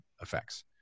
effects